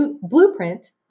blueprint